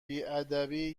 بیادبی